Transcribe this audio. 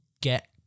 get